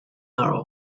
arrow